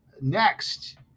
Next